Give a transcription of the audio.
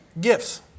Gifts